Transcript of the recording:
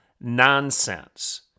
nonsense